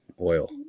oil